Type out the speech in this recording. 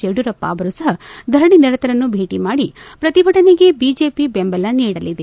ಯಡಿಯೂರಪ್ಪ ಅವರು ಸಹ ಧರಣಿ ನಿರತರನ್ನು ಭೇಟಿ ಮಾಡಿ ಪ್ರತಿಭಟನೆಗೆ ಬಿಜೆಪಿ ಬೆಂಬಲ ನೀಡಲಿದೆ